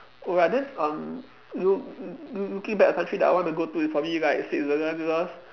oh but then um look~ loo~ looking back at the country that I want to go to is probably like Switzerland because